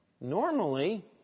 Normally